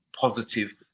positive